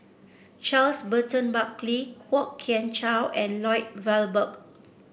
Charles Burton Buckley Kwok Kian Chow and Lloyd Valberg